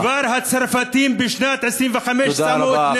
כבר הצרפתים בשנת 1925 שמו את בני העדה במבחן,